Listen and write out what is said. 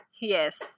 yes